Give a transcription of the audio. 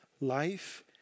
life